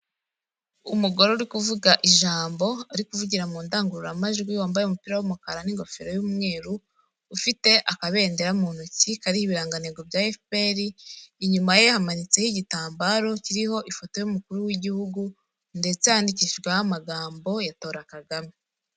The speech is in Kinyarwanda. Umugore uri kuvuga ijambo ari kuvugira mu ndangururamajwi, wambaye umupira w'umukara n'ingofero y'umweru. Ufite akabendera mu ntoki kariho ibiranganego bya Efuperi, inyuma ye hamanitseho igitambaro kiriho ifoto y'umukuru w'igihugu. Ndetse yandikishijweho amagambo ya tora Kagame.